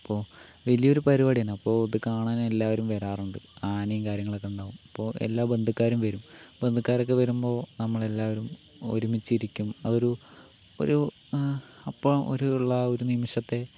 ഇപ്പോൾ വലിയൊരു പരിപാടിയാണ് അപ്പോൾ ഇത് കാണാനെല്ലാവരും വരാറുണ്ട് ആനയും കാര്യങ്ങളുമൊക്കെ ഉണ്ടാകും അപ്പോൾ എല്ലാ ബന്ധക്കാരും വരും ബന്ധക്കാരൊക്കെ വരുമ്പോൾ നമ്മളെല്ലാവരും ഒരുമിച്ചിരിക്കും അതൊരു ഒരു അപ്പോൾ ഒരു ഉള്ള ഒരു നിമിഷത്തെ